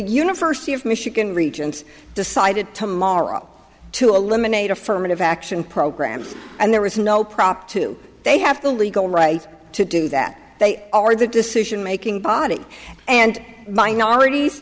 university of michigan regents decided tomorrow to eliminate affirmative action programs and there was no prop two they have to only go right to do that they are the decision making body and minorities